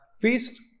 feast